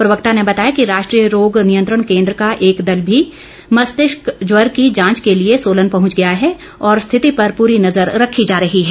प्रवक्ता ने बताया कि राष्ट्रीय रोग नियंत्रण केन्द्र का एक दल भी मस्तिष्क ज्वर की जांच के लिए सोलन पहंच गया है और स्थिति पर पूरी नजर रखी जा रही है